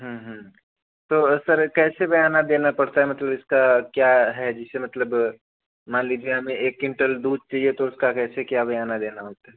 तो सर कैसे बयाना देना पड़ता है मतलव इसका क्या है जिसे मतलब मान लीजिए हमें एक क्विंटल दूध चाहिए तो उसका कैसे क्या बयाना देना होता है